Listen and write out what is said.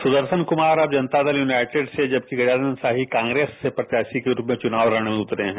सुदर्शन कुमार अब जनता दल यूनाइटेड से जबकि गजानंद शाही कांग्रेस से प्रत्याशी के रुप में चुनावी रण में उतरे हैं